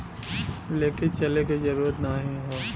लेके चले क जरूरत नाहीं हौ